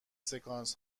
سکانس